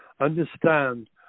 understand